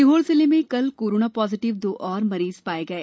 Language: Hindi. सीहोर जिले में कल कोरोना पाजिटिज दो और मरीज पाए गये